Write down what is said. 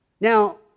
Now